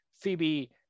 Phoebe